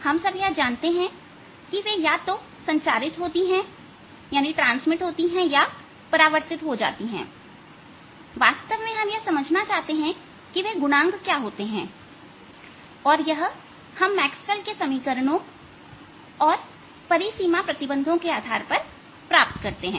हम सब यह जानते हैं कि वे या तो संचारित होती हैं या परावर्तित हो जाती है वास्तव में हम यह समझना चाहते हैं कि वे गुणांक क्या होते हैं और यह हम मैक्सवेल के समीकरणों और परिसीमा प्रतिबंधों के आधार पर प्राप्त करते हैं